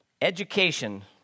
Education